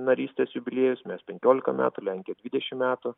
narystės jubiliejus mes penkiolika metų lenkija dvidešimt metų